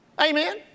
Amen